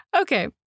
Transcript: Okay